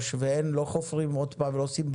אם זה קונפליקט